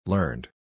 Learned